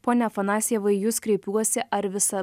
pone afanasjevai į jus kreipiuosi ar visa